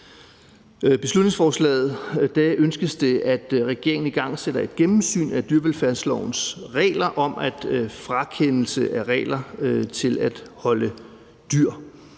beslutningsforslaget ønskes det, at regeringen igangsætter et gennemsyn af dyrevelfærdslovens regler om frakendelse af retten til at holde dyr,